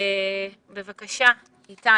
בבקשה, איתי